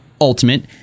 Ultimate